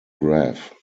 graph